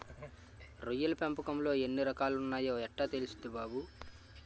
రొయ్యల పెంపకంలో ఎన్ని రకాలున్నాయో యెట్టా తెల్సుద్ది బాబూ?